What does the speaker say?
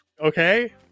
okay